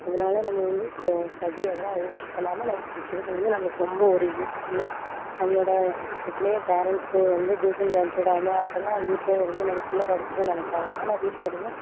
அதனால நம்ம வந்து க ஸ்டடி அதெல்லாம் வேஸ்ட் பண்ணாமல் நம்ம படிக்கிறது வந்து நமக்கு ரொம்ப ஒரு யூஸ்ஃபுல்லு நம்மளோடய எத்தனையோ பேரண்ட்ஸ் வந்து டியூசன் சேர்த்து விடாமல் அப்படிலாம் வீட்லையே இருந்து நம்ம பிள்ளை படிச்சிடும்னு நினைக்காங்க ஆனால் வீட்டில இருந்தால்